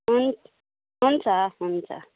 हुन हुन्छ हुन्छ